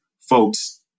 folks